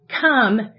come